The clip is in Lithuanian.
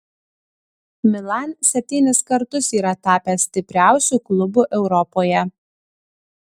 milan septynis kartus yra tapęs stipriausiu klubu europoje